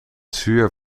zuur